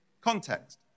context